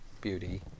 beauty